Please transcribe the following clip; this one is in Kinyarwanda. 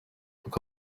uko